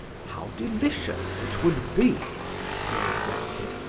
how delicious it would be he reflected,